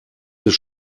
des